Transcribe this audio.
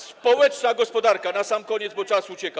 Społeczna gospodarka - na sam koniec, bo czas ucieka.